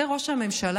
זה ראש הממשלה?